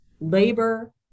labor